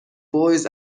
boys